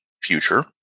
future